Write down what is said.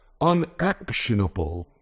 unactionable